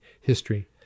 history